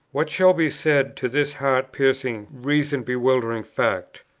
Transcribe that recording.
what shall be said to this heart-piercing, reason-bewildering fact?